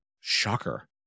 shocker